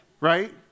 Right